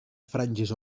franges